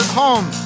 home